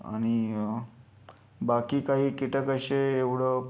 आणि बाकी काही कीटक असे एवढं